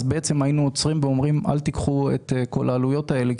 היינו עוצרים ואומרים: אל תיקחו את כל העלויות האלה.